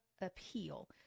appeal